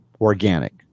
organic